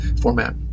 format